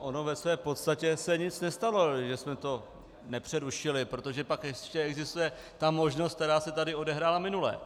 Ono ve své podstatě se nic nestalo, že jsme to nepřerušili, protože pak ještě existuje možnost, která se tady odehrála minule.